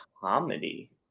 comedy